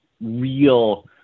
real